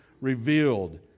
revealed